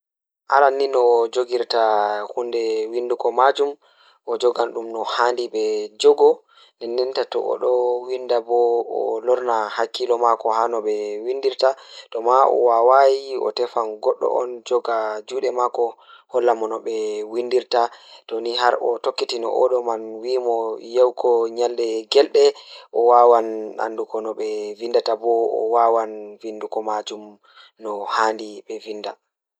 Aran ni no o jogirta huunde windugo maajum So mbaɗɗo maa ena yiya waɗtude waloowo maa ngol wonaaɗo, yo ngolla adɗa laawol ɗiɗi ɗe njuɓa. Ko koɗɗungol ngal faaɓtaade ɗum njettude ɗe warta e njangoɗi ɗe waɗii. Yo waɗtu maa waawde njango faa ka wuydu maa waɗaa njango maa ñiiɓirde ngurndannde maa waɗataa njettude hayre woyre e telen. Yo mbiyete nde waɗanii.